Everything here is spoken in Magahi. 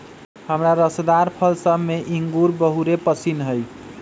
हमरा रसदार फल सभ में इंगूर बहुरे पशिन्न हइ